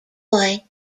boy